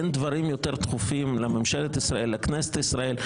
אין דברים יותר דחופים לממשלת ישראל, לכנסת ישראל?